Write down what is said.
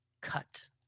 cut